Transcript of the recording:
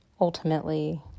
ultimately